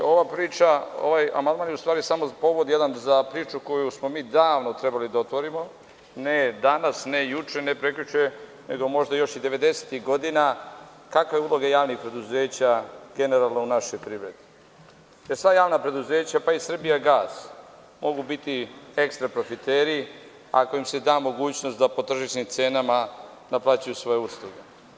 Ovaj amandman je u stvari, povod jedan za priču koju smo mi davno trebali da otvorimo, ne danas, ne juče, ne prekjuče, nego možda još i devedesetih godina, kakva je uloga javnih preduzeća generalno u našoj privredi, jer sva javna preduzeća pa i „Srbijagas“ mogu biti ekstra profiteri, ako im se da mogućnost da po tržišnim cenama naplaćuju svoje usluge.